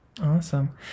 Awesome